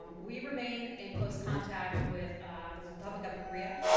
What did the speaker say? um we remain in close contact with the republic of korea.